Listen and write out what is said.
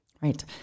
Right